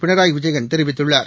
பினராய் விஜயன் தெரிவித்துள்ளார்